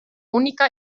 único